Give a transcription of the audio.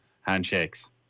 handshakes